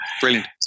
Brilliant